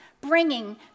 bringing